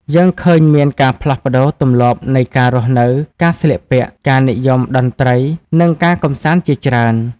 យើងឃើញមានការផ្លាស់ប្ដូរទម្លាប់នៃការរស់នៅ ការស្លៀកពាក់ ការនិយមតន្ត្រី និងការកម្សាន្តជាច្រើន។